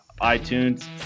iTunes